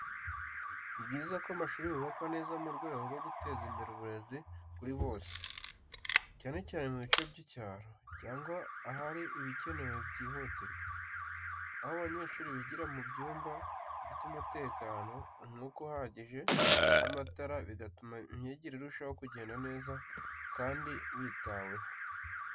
Ni byiza ko amashuri yubakwa neza mu rwego rwo guteza imbere uburezi kuri bose, cyane cyane mu bice by’icyaro cyangwa ahari ibikenewe byihutirwa. Aho abanyeshuri bigira mu byumba bifite umutekano, umwuka uhagije, n’amatara, bigatuma imyigire irushaho kugenda neza kandi bitaweho.